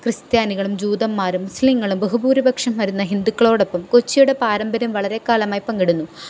ക്രിസ്ത്യാനികളും ജൂതന്മാരും മുസ്ലിങ്ങളും ബഹുഭൂരിപക്ഷം വരുന്ന ഹിന്ദുക്കളോടൊപ്പം കൊച്ചിയുടെ പാരമ്പര്യം വളരെക്കാലമായി പങ്കിടുന്നു